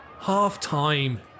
Half-time